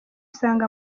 usanga